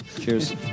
Cheers